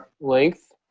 length